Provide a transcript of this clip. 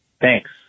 Thanks